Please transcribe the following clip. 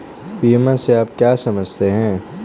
बीमा से आप क्या समझते हैं?